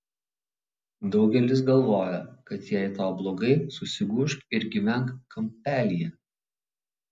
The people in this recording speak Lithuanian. daugelis galvoja kad jei tau blogai susigūžk ir gyvenk kampelyje